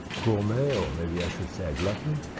gourmet or maybe i should say glutton